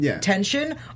tension